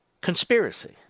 conspiracy